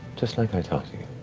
just like i taught you,